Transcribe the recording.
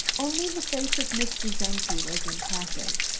only the face of mr. czenki was impassive.